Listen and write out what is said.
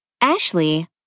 Ashley